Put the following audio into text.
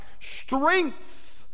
strength